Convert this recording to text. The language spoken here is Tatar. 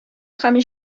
һәм